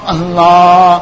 Allah